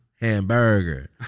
Hamburger